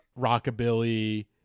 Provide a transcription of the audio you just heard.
Rockabilly